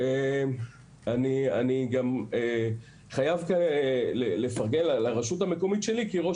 אני חייב לפרגן לרשות המקומית שלי כי ראש